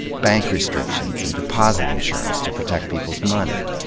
bank restrictions and deposit insurance to protect people's money.